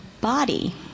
body